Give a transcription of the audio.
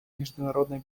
международной